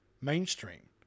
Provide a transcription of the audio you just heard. mainstream